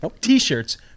T-shirts